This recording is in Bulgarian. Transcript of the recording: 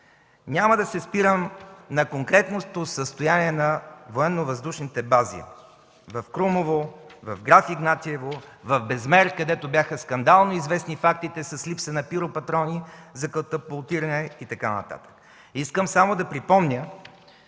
Няма да се спирам на конкретното състояние на военновъздушните бази в Крумово, в Граф Игнатиево, в Безмер, където бяха скандално известни фактите с липса на пиропатрони за катапултиране и така нататък. Искам само да припомня